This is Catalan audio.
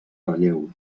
relleu